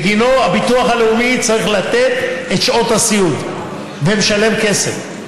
בגינו הביטוח הלאומי צריך לתת את שעות הסיעוד ולשלם כסף.